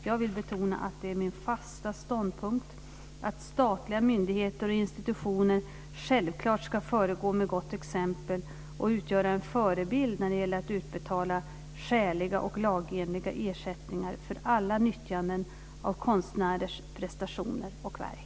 Jag vill betona att det är min fasta ståndpunkt att statliga myndigheter och institutioner självklart ska föregå med gott exempel och utgöra en förebild när det gäller att utbetala skäliga och lagenliga ersättningar för alla nyttjanden av konstnärers prestationer och verk.